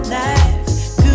life